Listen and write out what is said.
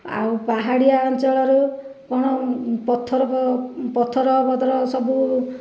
ଓ ପାହାଡ଼ିଆ ଅଞ୍ଚଳରୁ କଣ ପଥର ବଥର ସବୁ